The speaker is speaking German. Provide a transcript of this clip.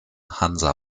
hansa